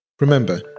Remember